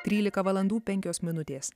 trylika valandų penkios minutės